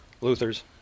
Luther's